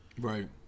right